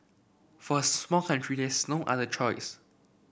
for a small country there's no other choice